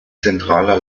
zentraler